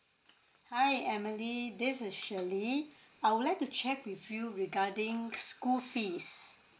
hi emily this is shirley I would like to check with you regarding school fees